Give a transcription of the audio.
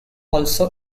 also